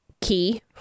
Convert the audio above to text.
key